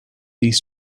these